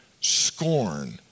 Scorn